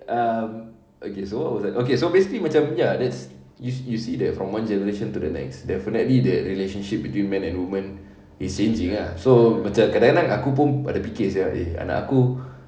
um okay so what was that okay so basically macam ya that's if you see that from one generation to the next definitely that relationship between men and women is changing ah so macam kadang-kadang aku pun ada fikir sia eh anak aku